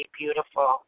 beautiful